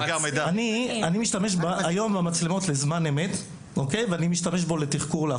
אני משתמש היום במצלמות לזמן אמת ואני משתמש לתחקור.